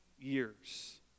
years